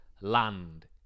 land